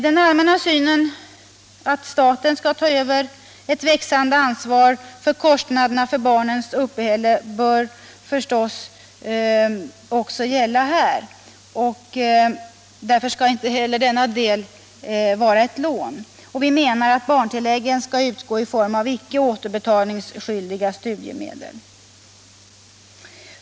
Den allmänna synen att staten skall ta ett växande ansvar för kostnaden för barnens uppehälle bör förstås också gälla här, och därför skall inte heller denna del vara ett lån. Barntilläggen bör utgå i form av icke återbetalningspliktiga studiemedel.